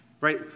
right